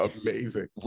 Amazing